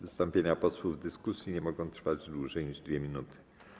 Wystąpienia posłów w dyskusji nie mogą trwać dłużej niż 2 minuty.